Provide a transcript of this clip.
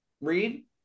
read